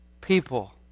people